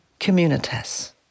communitas